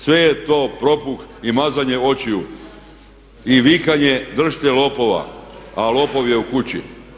Sve je to propuh i mazanje očiju i vikanje držite lopova, a lopov je kući.